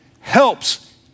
helps